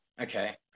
Okay